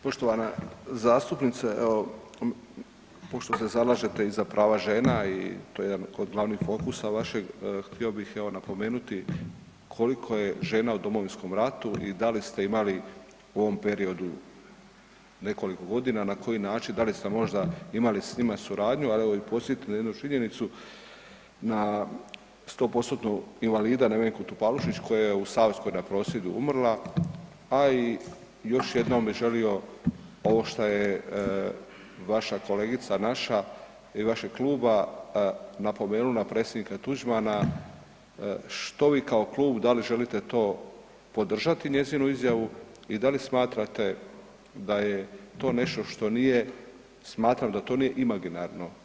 Poštovana zastupnice, evo pošto se zalažete i za prava žena i to je jedan od glavnih fokusa vašeg, htio bih evo napomenuti koliko je žena u Domovinskom ratu i da li ste imali u ovom periodu nekoliko godina, na koji način, da li ste možda imali s njima suradnju, ali evo i podsjetit ću na jednu činjenicu, na 100%-tnog invalida Nevenku Topalušić koja je u Savskoj na prosvjedu umrla a i još jednom bi želio ovo što je vaša kolegica, naša i vašeg kluba napomenuo na predsjednika Tuđmana, što vi kao klub, da li želite to podržati njezinu izjavu i da li smatrate da je to nešto što nije, smatram da to nije imaginarno.